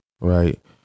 right